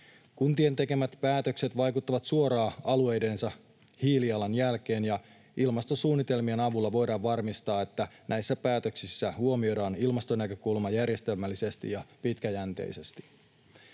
Kuntien tekemät päätökset vaikuttavat suoraan alueidensa hiilijalanjälkeen, ja ilmastosuunnitelmien avulla voidaan varmistaa, että näissä päätöksissä huomioidaan ilmastonäkökulma järjestelmällisesti ja pitkäjänteisesti.